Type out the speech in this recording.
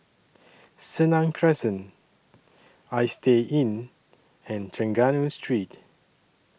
Senang Crescent Istay Inn and Trengganu Street